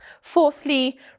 Fourthly